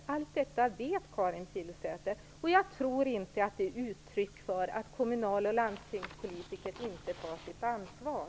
Allt detta vet Karin Pilsäter. Jag tror inte att det är uttryck för att kommunal och landstingspolitiker inte tar sitt ansvar.